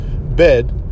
bed